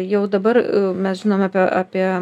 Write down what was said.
jau dabar mes žinome apie apie